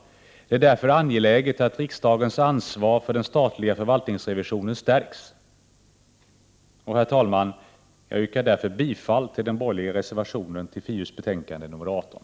Det är därför angeläget att rikdagens ansvar för den statliga förvaltningsrevisionen stärks. Herr talman! Jag yrkar bifall till den borgerliga reservation som är fogad till finansutskottets betänkande nr 18.